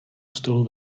stolu